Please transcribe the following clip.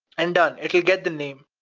and done, it'll get the name,